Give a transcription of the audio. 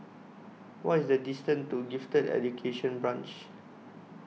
What IS The distance to Gifted Education Branch